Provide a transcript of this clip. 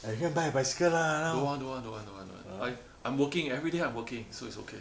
don't want don't want don't want I I'm working everyday I'm working so it's okay